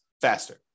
faster